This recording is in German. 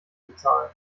bezahlen